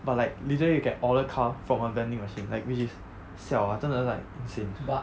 but like literally you can order car from a vending machine like which is siao ah 真的是 like insane